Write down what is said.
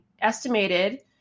estimated